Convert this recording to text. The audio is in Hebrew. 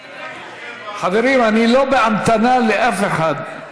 חברים, אני לא בהמתנה לאף אחד.